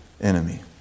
enemy